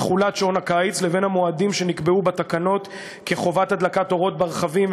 תחולת שעון הקיץ לבין המועדים שנקבעו בתקנות כחובת הדלקת אורות ברכבים,